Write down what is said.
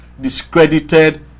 discredited